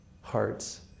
hearts